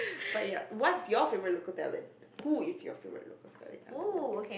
but ya what's your favourite local talent who is your favourite local talent in other words